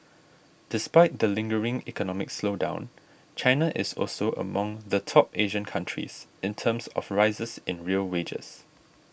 despite the lingering economic slowdown China is also among the top Asian countries in terms of rises in real wages